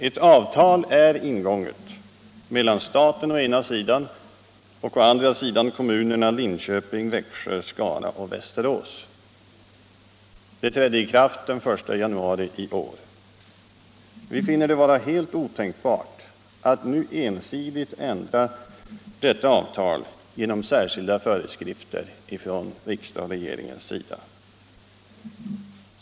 Ett avtal är ingånget mellan staten å ena sidan och å andra sidan kommunerna Linköping, Växjö, Skara och Västerås. Det trädde i kraft den 1 januari i år. Vi finner det vara helt otänkbart att nu ensidigt ändra detta avtal genom särskilda föreskrifter från riksdagens och regeringens sida.